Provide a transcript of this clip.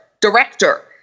director